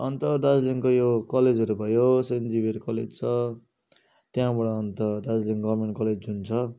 अन्त दार्जिलिङको यो कलेजहरू भयो सेन्ट जेभियर कलेज छ त्यहाँबाट अन्त दार्जिलिङ गभर्मेन्ट कलेज हुन्छ